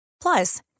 Plus